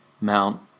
Mount